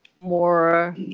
more